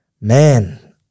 man